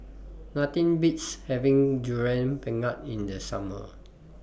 Nothing Beats having Durian Pengat in The Summer